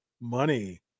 money